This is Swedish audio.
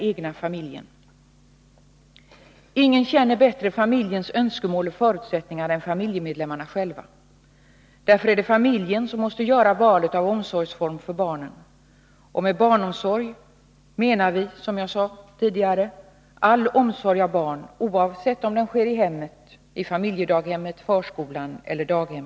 Det är familjemedlemmarna själva som bäst känner till familjens önskemål och förutsättningar. Därför är det familjen som måste träffa valet av omsorgsform för barnen. Med barnomsorg avser vi, som jag sagt tidigare, alla former av barnomsorg — i hemmet, i familjedaghem, i förskola eller i daghem.